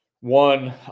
one